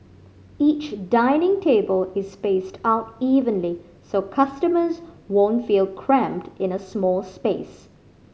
each dining table is spaced out evenly so customers won't feel cramped in a small space